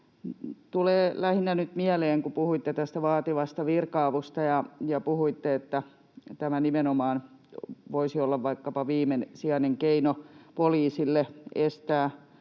mieleen lähinnä — kun puhuitte tästä vaativasta virka-avusta ja puhuitte, että tämä nimenomaan voisi olla vaikkapa viimesijainen keino poliisille estää